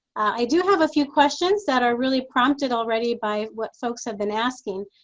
i do have a few questions that are really prompted already by what folks have been asking.